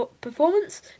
performance